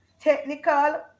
technical